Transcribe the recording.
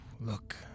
Look